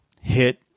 hit